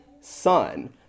Son